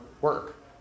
work